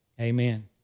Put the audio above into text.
Amen